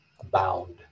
abound